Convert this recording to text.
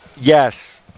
yes